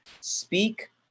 Speak